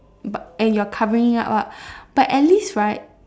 but and you're covering it up lah but at least right